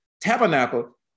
tabernacle